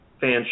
Fans